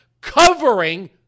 covering